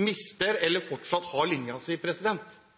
mister eller fortsatt har